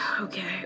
Okay